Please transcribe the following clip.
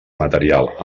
material